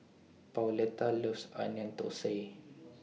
Pauletta loves Onion Thosai